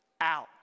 out